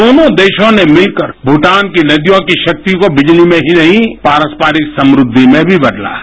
दोनों देशों ने मिलकर भूटान की नदियों की शक्ति को बिजली में ही नहीं पारस्पारिक समृद्धि में भी बदला है